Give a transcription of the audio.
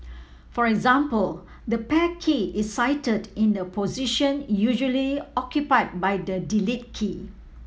for example the Pair key is sited in the position usually occupied by the Delete key